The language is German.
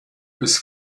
bis